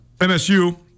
MSU